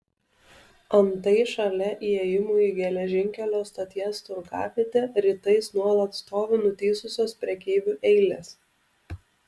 antai šalia įėjimų į geležinkelio stoties turgavietę rytais nuolat stovi nutįsusios prekeivių eilės